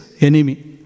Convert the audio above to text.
enemy